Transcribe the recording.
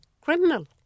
criminal